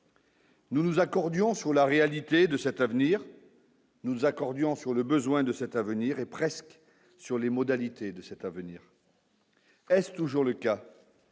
Nous nous accordions sur la réalité de cet avenir. Nous accordions sur le besoin de cet avenir est presque sur les modalités de cet avenir. Est-ce toujours le cas.